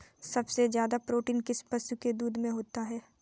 सबसे ज्यादा प्रोटीन किस पशु के दूध में होता है?